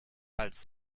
als